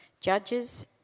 Judges